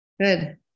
Good